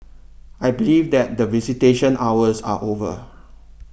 I believe that the visitation hours are over